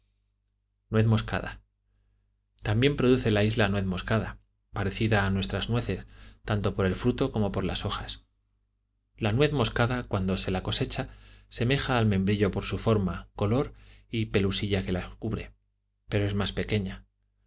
moscada también produce la isla nuez moscada parecida a nuestras nueces tanto por el fruto como por las hojas la nuez moscada cuando se la cosecha semeja al membrillo por su forma color y pelusilla que la cubre pero es más pequeña